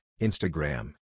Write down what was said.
Instagram